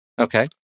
Okay